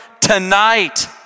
tonight